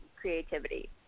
creativity